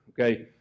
Okay